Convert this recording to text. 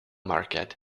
market